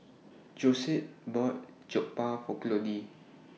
Josette bought Jokbal For Claudie